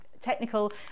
technical